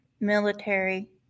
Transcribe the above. Military